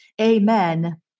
amen